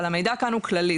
אבל המידע כאן הוא כללי,